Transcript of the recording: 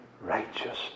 righteousness